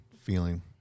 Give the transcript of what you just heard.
feeling